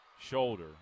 shoulder